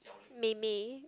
maybe